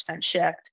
shift